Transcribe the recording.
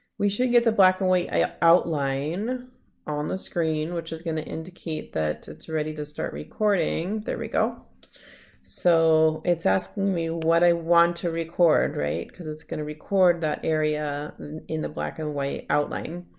we should get the black and white outline on the screen which is going to indicate that it's ready to start recording. there we go so it's asking me what i want to record right because it's gonna record that area in the black and white outline.